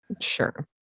Sure